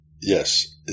yes